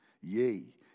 yea